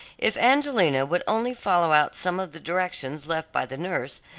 if angelina would only follow out some of the directions left by the nurse,